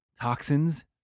toxins